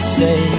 say